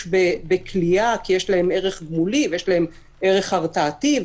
בכליאה כי יש להם ערך גמולי וערך הרתעתי,